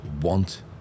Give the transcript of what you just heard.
want